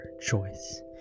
choice